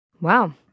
Wow